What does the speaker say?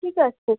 ঠিক আছে